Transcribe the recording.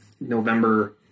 November